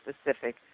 specific